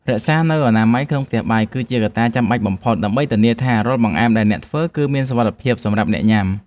រក្សានូវអនាម័យក្នុងផ្ទះបាយ គឺជាកត្តាចាំបាច់បំផុតដើម្បីធានាថារាល់បង្អែមដែលអ្នកធ្វើ គឺមានសុវត្ថិភាពសម្រាប់អ្នកញ៉ាំ។